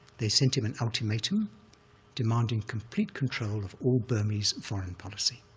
they sent him an ultimatum demanding complete control of all burmese foreign policy.